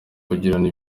kugirana